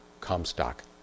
Comstock